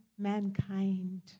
mankind